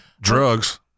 drugs